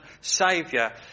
saviour